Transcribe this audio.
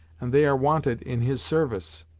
and they are wanted in his service.